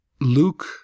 Luke